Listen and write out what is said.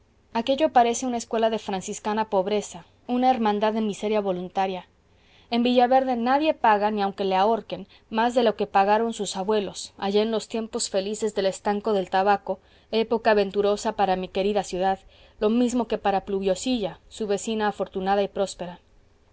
aquello parece una escuela de franciscana pobreza una hermandad de miseria voluntaria en villaverde nadie paga ni aunque le ahorquen más de lo que pagaron sus abuelos allá en los tiempos felices del estanco del tabaco época venturosa para mi querida ciudad lo mismo que para pluviosilla su vecina afortunada y próspera